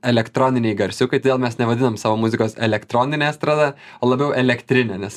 elektroniniai garsiukai todėl mes nevadinam savo muzikos elektroninė estrada o labiau elektrinė nes